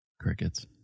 Crickets